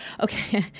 Okay